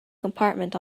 compartment